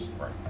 Right